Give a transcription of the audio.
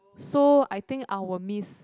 so I think I will miss